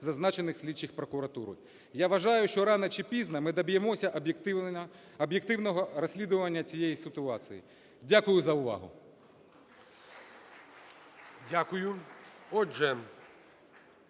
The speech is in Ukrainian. зазначених слідчих прокуратури. Я вважаю, що рано чи пізно ми доб'ємося об'єктивного розслідування цієї ситуації. Дякую за увагу.